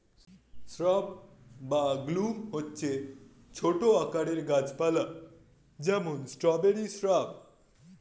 shrub বা গুল্ম হচ্ছে ছোট আকারের গাছ পালা, যেমন স্ট্রবেরি শ্রাব